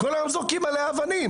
שהיום נמצאים בבתי ספר עם כתבי אישום,